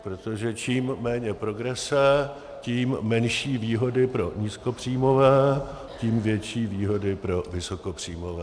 Protože čím méně progrese, tím menší výhody pro nízkopříjmové, tím větší výhody pro vysokopříjmové.